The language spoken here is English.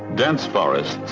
dense forest,